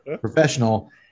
professional